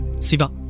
Siva